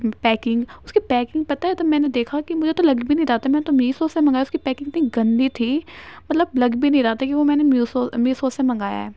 packing اس کی packing پتا ہے تب میں نے دیکھا کہ مجھے تو لگ بھی نہیں رہا تھا میں نے تو میشو سے منگایا اس کی پیکنگ اتنی گندی تھی مطلب لگ بھی نہیں رہا تھا کہ وہ میں نے میشو میشو سے منگایا ہے